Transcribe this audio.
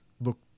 look